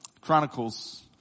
Chronicles